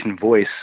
voice